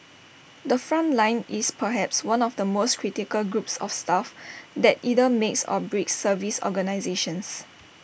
the front line is perhaps one of the most critical groups of staff that either makes or breaks service organisations